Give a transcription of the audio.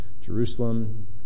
Jerusalem